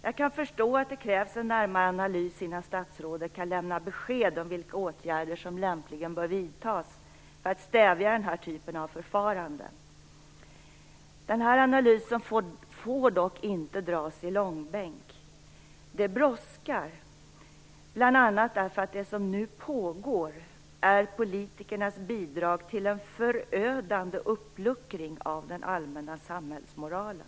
Jag kan förstå att det krävs en närmare analys innan statsrådet kan lämna besked om vilka åtgärder som rimligen bör vidtas för att stävja den här typen av förfarande. Denna analys får dock inte dras i långbänk. Det brådskar, bl.a. därför att det som nu pågår är politikernas bidrag till en förödande uppluckring av den allmänna samhällsmoralen.